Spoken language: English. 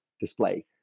display